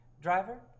Driver